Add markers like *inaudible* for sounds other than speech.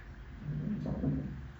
*noise*